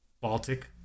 Baltic